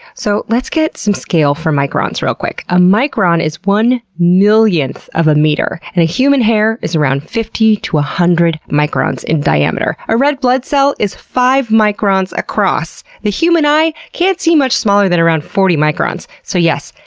so let's get some scale for microns, real quick. a micron is one millionth of a meter, and a human hair is around fifty one hundred microns in diameter. a red blood cell is five microns across. the human eye can't see much smaller than around forty microns. so yes,